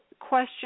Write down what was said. question